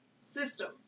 system